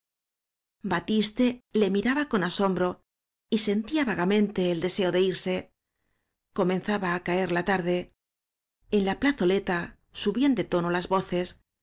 batiste le miraba con asombro y sentía va gamente el deseo de irse comenzaba á caer la tarde en la plazoleta subían de tono las voces